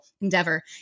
endeavor